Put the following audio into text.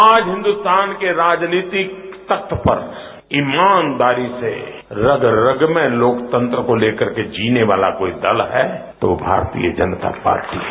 आज हिन्दुस्तान के राजनीतिक तख्त पर ईमानदारी से रग रग में लोकतंत्र को लेकर के जीने वाला जो दल हैं वो भारतीय जनता पार्टी है